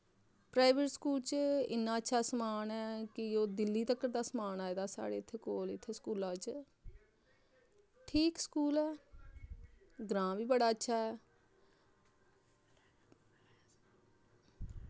private school च इन्ना अच्छा समान ऐ कि ओह् दिल्ली तक्कर दा समान आए दा साढ़े इत्थै कोल इत्थै स्कूला बिच्च ठीक स्कूल ऐ ग्रांऽ बी बड़ा अच्छा ऐ